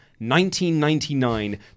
1999